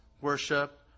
worship